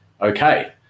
okay